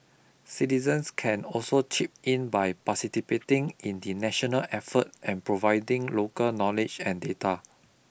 citizens can also chip in by participating in the national effort and providing local knowledge and data